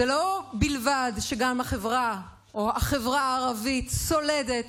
לא זאת בלבד שגם החברה הערבית סולדת